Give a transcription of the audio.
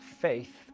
faith